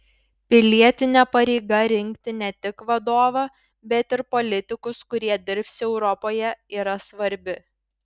pilietinė pareiga rinkti ne tik vadovą bet ir politikus kurie dirbs europoje yra svarbi